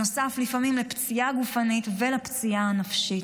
לפעמים בנוסף לפציעה גופנית ולפציעה הנפשית.